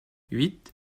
huit